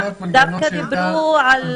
צריך לבנון מנגנון שיידע --- דווקא דיברו על